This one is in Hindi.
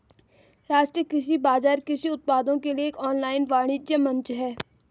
राष्ट्रीय कृषि बाजार कृषि उत्पादों के लिए एक ऑनलाइन वाणिज्य मंच है